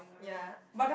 ya